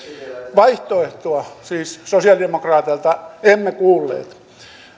vaihtoehtoa siis sosialidemokraateilta emme kuulleet